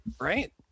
Right